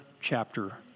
chapter